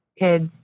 kids